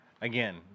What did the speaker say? again